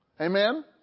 Amen